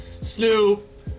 snoop